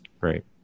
Great